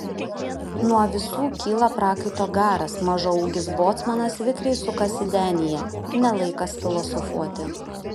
nuo visų kyla prakaito garas mažaūgis bocmanas vikriai sukasi denyje ne laikas filosofuoti